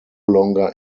longer